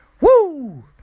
Woo